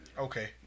Okay